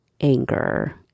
anger